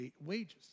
wages